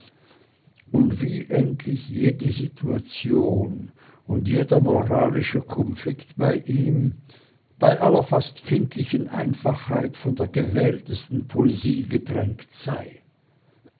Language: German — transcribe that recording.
und wie endlich jede situation und jeder moralische konflikt bei ihm bei aller fast kindlichen einfachheit von der gewähltesten poesie getränkt sei